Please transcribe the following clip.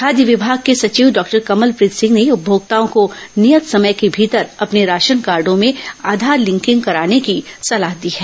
खाद्य विमाग के सचिव डॉक्टर कमलप्रीत सिंह ने उपभोक्ताओं को नियत समय के भीतर अपने राशनकार्डो में आधार लिंकिंग कराने की सलाह दी है